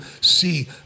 see